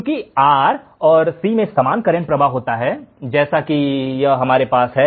चूंकि R और C से समान करेंट का प्रवाह होता है जैसा कि हमारे पास है